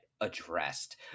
addressed